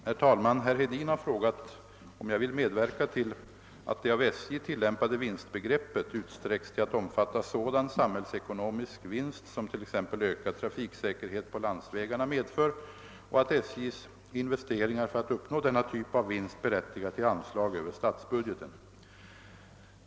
Herr talman! Herr Hedin har frågat, om jag vill medverka till att det av SJ tillämpade vinstbegreppet utsträcks till att omfatta sådan samhällsekonomisk vinst som t.ex. ökad trafiksäkerhet på landsvägarna medför och att SJ:s investeringar för att uppnå denna typ av vinst berättigar till anslag över statsbudgeten.